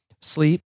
sleep